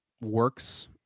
works